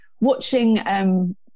watching